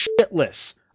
shitless